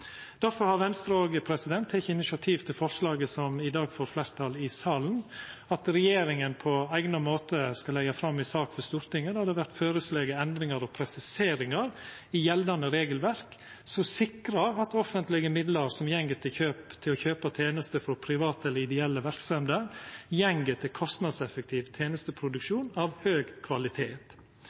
initiativ til forslaget som i dag får fleirtal i salen, om at regjeringa på eigna måte skal leggja fram ei sak for Stortinget «hvor det foreslås endringer og presiseringer i gjeldende regelverk som sikrer at offentlige midler som går til å kjøpe tjenester fra private eller ideelle virksomheter, går til kostnadseffektiv tjenesteproduksjon av høy kvalitet,